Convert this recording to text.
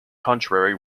contrary